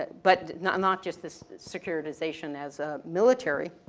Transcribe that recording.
but not, not just this secularization as a military